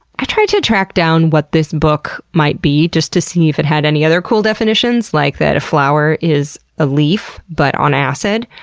i tried to track down what this book might be, just to see if it had any other cool definitions, like that a flower is a leaf but on acid.